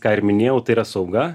ką ir minėjau tai yra sauga